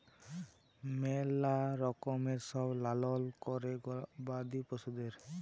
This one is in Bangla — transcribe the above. ম্যালা রকমের সব লালল ক্যরে গবাদি পশুদের